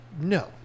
no